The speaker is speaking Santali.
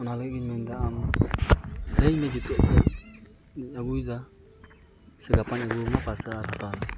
ᱚᱱᱟ ᱞᱟᱹᱜᱤᱫ ᱜᱮᱧ ᱢᱮᱱ ᱮᱫᱟ ᱟᱢ ᱞᱟᱹᱭ ᱢᱮ ᱡᱩᱛᱩᱜ ᱠᱷᱟᱡ ᱤᱧ ᱟᱹᱜᱩᱭᱮᱫᱟ ᱥᱮ ᱜᱟᱯᱟᱧ ᱟᱹᱜᱩᱭᱟᱢᱟ